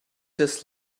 just